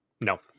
No